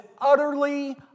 utterly